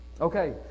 Okay